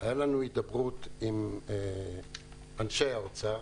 היתה לנו הידברות עם אנשי האוצר.